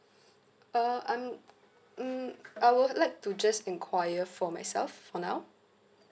uh I'm um I would like to just enquire for myself for now